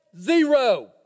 Zero